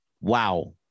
wow